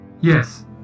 Yes